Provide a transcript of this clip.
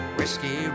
Whiskey